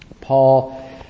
Paul